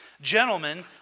Gentlemen